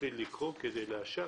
שיתחיל לקרוא כדי לאשר.